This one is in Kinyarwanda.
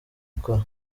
ikora